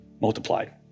multiplied